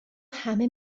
همه